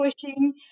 pushing